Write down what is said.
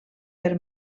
per